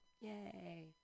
Yay